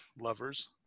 lovers